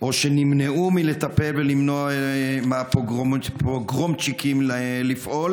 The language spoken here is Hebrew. או שנמנעו מלטפל ולמנוע מהפוגרומצ'יקים לפעול